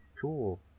cool